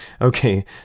okay